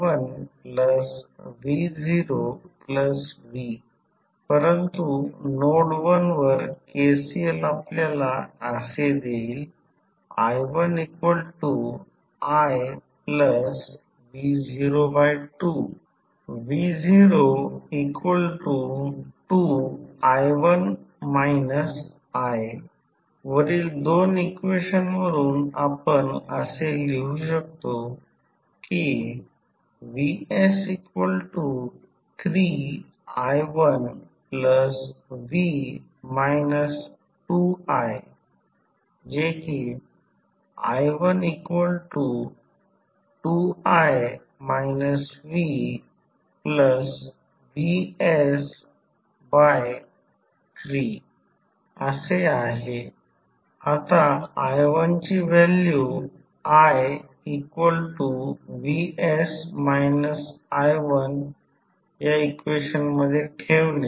vsi1v0v परंतु node 1 वर KCL आपल्याला असे देईल i1iv02 v02 वरील 2 इक्वेशन वरून आपण असे लिहू शकतो vs3i1v 2i→i12i vvs3 आता i1 ची व्हॅल्यू ivs i1 या इक्वेशन मध्ये ठेवणे